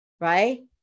right